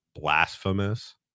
blasphemous